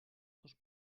dos